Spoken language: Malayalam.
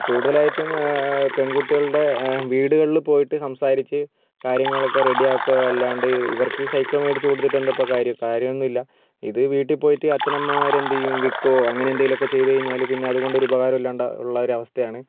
കൂടുതലായിട്ടും പെൺകുട്ടികളുടെ വീടുകളിൽ പോയിട്ട് സംസാരിച്ച് കാര്യങ്ങളൊക്കെ റെഡി ആക്കുക അല്ലാണ്ട് ഇവർക്ക് സൈക്കിൾ മേടിച്ച് കൊടുത്തിട്ട് എന്താണ് ഇപ്പോൾ കാര്യം കാര്യമൊന്നുമില്ല ഇത് വീട്ടിൽ പോയിട്ട് അച്ഛനമ്മാർ എന്ത് ചെയ്യും വിൽക്കുവോ അങ്ങനെ എന്തെങ്കിലുമൊക്കെ ചെയ്തുകഴിഞ്ഞാൽ പിന്നെ അതുകൊണ്ട് ഒരു ഉപകാരവും ഇല്ലാണ്ട് ഉള്ള ഒരവസ്ഥയാണ്